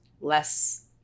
Less